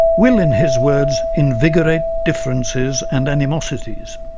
will in his words invigorate differences and animosities.